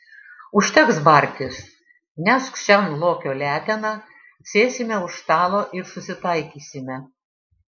užteks bartis nešk šen lokio leteną sėsime už stalo ir susitaikysime